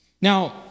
Now